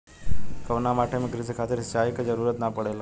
कउना माटी में क़ृषि खातिर सिंचाई क जरूरत ना पड़ेला?